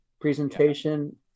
presentation